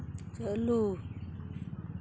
ᱪᱟᱹᱞᱩ